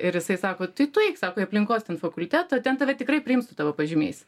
ir jisai sako tai tu eik sako į aplinkos ten fakultetą ten tave tikrai priims su tavo pažymys